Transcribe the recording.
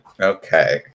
Okay